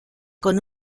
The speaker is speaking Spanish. con